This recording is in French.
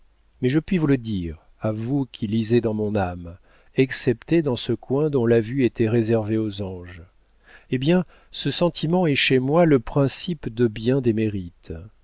mais je puis vous le dire à vous qui lisez dans mon âme excepté dans ce coin dont la vue était réservée aux anges eh bien ce sentiment est chez moi le principe de bien des mérites